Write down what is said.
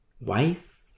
wife